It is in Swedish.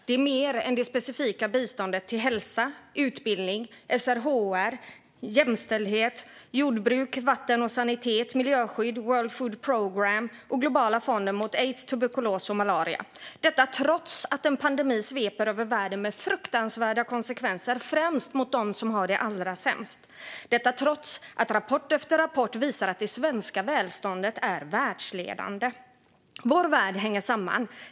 Det är mer än det specifika biståndet till hälsa, utbildning, SRHR, jämställdhet, jordbruk, vatten och sanitet, miljöskydd, World Food Programme och Globala fonden mot aids, tuberkulos och malaria - detta trots att en pandemi sveper över världen med fruktansvärda konsekvenser, främst för dem som har det allra sämst, och trots att rapport efter rapport visar att det svenska välståndet är världsledande. Vår värld hänger samman.